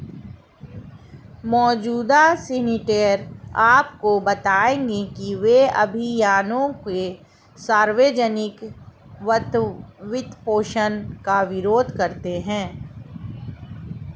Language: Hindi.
मौजूदा सीनेटर आपको बताएंगे कि वे अभियानों के सार्वजनिक वित्तपोषण का विरोध करते हैं